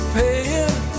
paying